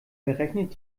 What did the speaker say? berechnet